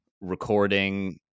recording